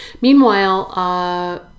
Meanwhile